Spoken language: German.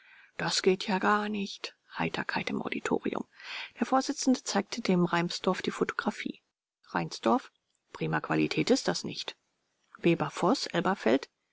das geht ja gar nicht heiterkeit im auditorium der vorsitzende zeigte dem reinsdorf die photographie reinsdorf prima qualität ist das nicht weber